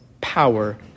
power